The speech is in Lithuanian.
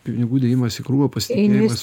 pinigų dėjimas į krūvą pasitikėjimas